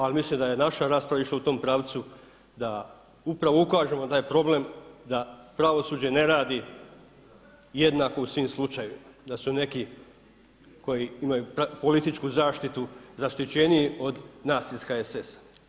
Ali mislim da je naša rasprava išla u tom pravcu da upravo ukažemo da je problem da pravosuđe ne radi jednako u svim slučajevima, da su neki koji imaju političku zaštiti zaštićeniji od nas iz HSS-a.